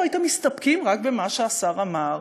או הייתם מסתפקים רק במה שהשר אמר,